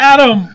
Adam